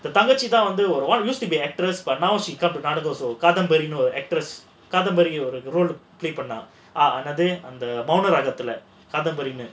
தங்கச்சி தான் வந்து:thangachi thaan vandhu what used to be actress but now she kadhambari actors மௌன ராகத்துல காதம்பரினு:mouna raagathula kadhambarinu